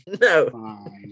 no